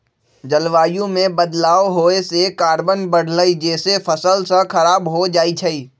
जलवायु में बदलाव होए से कार्बन बढ़लई जेसे फसल स खराब हो जाई छई